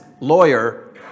lawyer